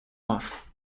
off